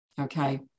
okay